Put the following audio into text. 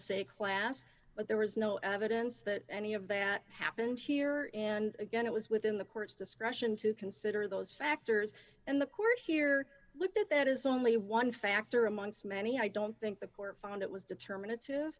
a class but there was no evidence that any of that happened here and again it was within the court's discretion to consider those factors and the court here looked at that is only one factor amongst many i don't think the court found it was determin